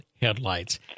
headlights